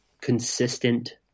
consistent